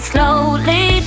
Slowly